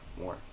more